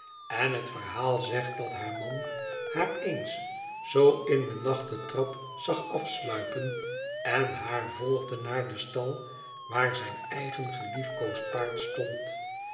en het verhaal zegt dat haar man haar eens zoo in den nacht de trap zag afsluipen en haar volgde naar den stal waar zijn eigen geliefkoosd paard stond